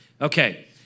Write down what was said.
Okay